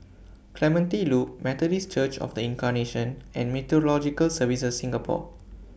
Clementi Loop Methodist Church of The Incarnation and Meteorological Services Singapore